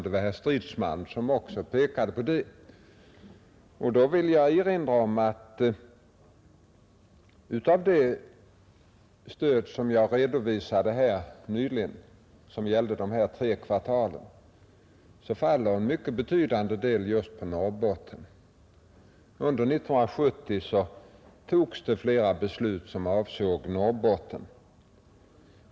Det var herr Stridsman som också pekade på det. Då vill jag erinra om att utav det stöd som jag redovisade här nyligen och som gällde de tre första kvartalen av innevarande budgetår, så faller en mycket betydande del just på Norrbotten. Under 1970 fattades flera beslut som avsåg Norrbotten.